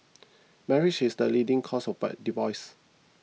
marriage is the leading cause of divorces